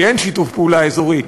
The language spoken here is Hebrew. כי אין שיתוף פעולה אזורי,